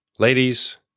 Ladies